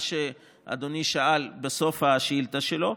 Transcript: מה שאדוני שאל בסוף השאילתה שלו,